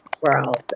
world